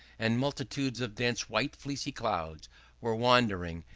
and multitudes of dense white fleecy clouds were wandering,